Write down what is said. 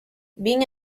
being